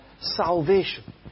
salvation